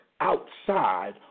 outside